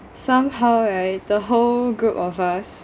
somehow right the whole group of us